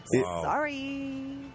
Sorry